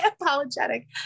apologetic